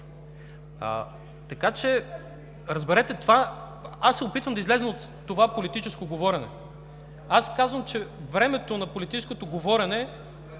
Така че разберете, аз се опитвам да изляза от това политическо говорене. Аз казвам, че времето на политическото говорене